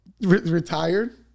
Retired